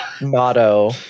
motto